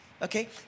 Okay